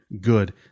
Good